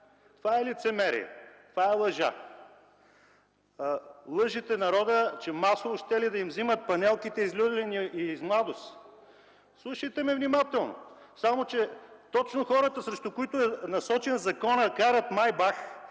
Това е лицемерие! Това е лъжа! Излъгахте народа, че масово щели да им взимат панелките из „Люлин” и „Младост”. Слушайте ме внимателно – точно хората, срещу които е насочен законът, карат „Майбах”